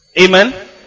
Amen